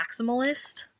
maximalist